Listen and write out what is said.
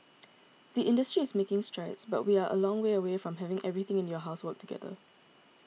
the industry is making strides but we are a long way away from having everything in your house work together